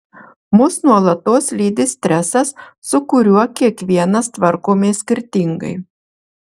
mus nuolatos lydi stresas su kuriuo kiekvienas tvarkomės skirtingai